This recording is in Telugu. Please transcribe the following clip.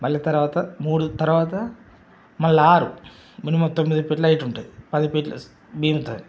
మళ్ళీ తర్వాత మూడు తర్వాత మళ్ళా ఆరు మినిమమ్ మొత్తం తొమ్మిది ఫీట్లు అయ్యేటట్టు పది ఫీట్లు మిగులుతుంది